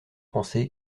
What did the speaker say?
pensé